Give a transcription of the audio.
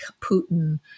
Putin